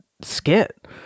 skit